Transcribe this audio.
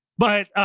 but,